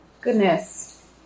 goodness